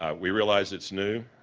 ah we realize it's new.